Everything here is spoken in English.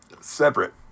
separate